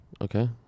Okay